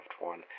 one